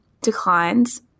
declines